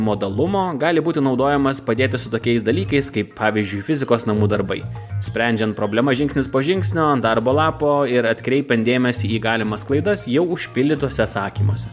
modalumo gali būti naudojamas padėti su tokiais dalykais kaip pavyzdžiui fizikos namų darbai sprendžiant problemas žingsnis po žingsnio ant darbo lapo ir atkreipiant dėmesį į galimas klaidas jau užpildytuose atsakymuose